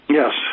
yes